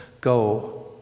go